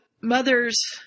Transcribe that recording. mother's